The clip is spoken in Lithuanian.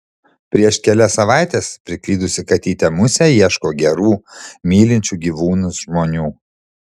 prieš kelias savaites priklydusi katytė musė ieško gerų mylinčių gyvūnus žmonių